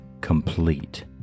complete